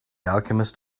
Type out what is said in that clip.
alchemist